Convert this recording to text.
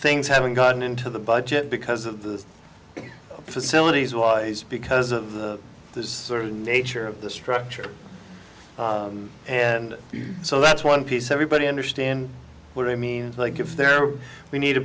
things haven't gotten into the budget because of the facilities wise because of the nature of the structure and so that's one piece everybody understand what i mean i think if there we need to